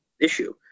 issue